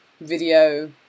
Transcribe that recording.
video